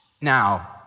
Now